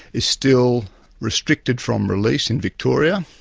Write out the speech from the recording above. is still restricted from release in victoria.